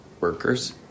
workers